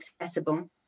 accessible